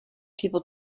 people